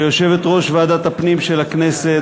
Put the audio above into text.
ליושבת-ראש ועדת הפנים של הכנסת,